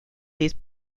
these